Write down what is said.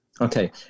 Okay